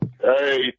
Hey